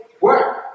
work